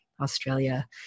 Australia